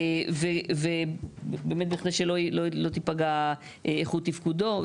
באמת בכדי שלא תיפגע איכות תפקודו,